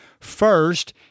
First